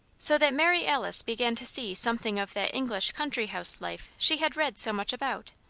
so that mary alice began to see something of that english country-house life she had read so much about,